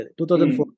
2004